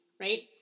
right